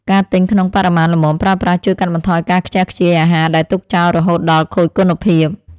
ការទិញក្នុងបរិមាណល្មមប្រើប្រាស់ជួយកាត់បន្ថយការខ្ជះខ្ជាយអាហារដែលទុកចោលរហូតដល់ខូចគុណភាព។